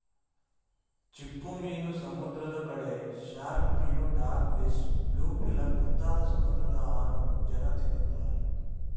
ಚಿಪ್ಪುಮೀನು, ಸಮುದ್ರದ ಕಳೆ, ಶಾರ್ಕ್ ಮೀನು, ಡಾಗ್ ಫಿಶ್, ಬ್ಲೂ ಫಿಲ್ಮ್ ಮುಂತಾದ ಸಮುದ್ರದ ಆಹಾರವನ್ನು ಜನ ತಿನ್ನುತ್ತಾರೆ